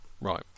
Right